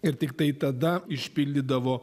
ir tiktai tada išpildydavo